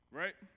right